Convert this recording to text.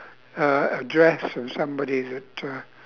uh address or somebody to to